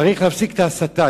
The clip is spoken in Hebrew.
צריך להפסיק את ההסתה.